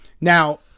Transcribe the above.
Now